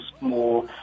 more